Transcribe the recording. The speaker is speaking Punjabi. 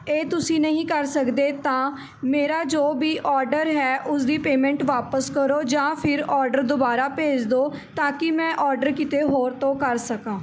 ਇਹ ਤੁਸੀਂ ਨਹੀਂ ਕਰ ਸਕਦੇ ਤਾਂ ਮੇਰਾ ਜੋ ਵੀ ਔਡਰ ਹੈ ਉਸਦੀ ਪੇਮੈਂਟ ਵਾਪਸ ਕਰੋ ਜਾਂ ਫਿਰ ਔਡਰ ਦੁਬਾਰਾ ਭੇਜ ਦਿਓ ਤਾਂ ਕਿ ਮੈਂ ਔਡਰ ਕਿਤੇ ਹੋਰ ਤੋਂ ਕਰ ਸਕਾਂ